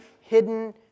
hidden